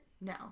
no